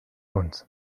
uns